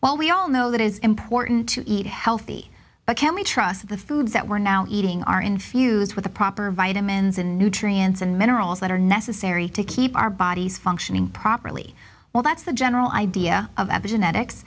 well we all know that is important to eat healthy but can we trust the foods that we're now eating are infused with the proper vitamins and nutrients and minerals that are necessary to keep our bodies functioning properly well that's the general idea of epigenetics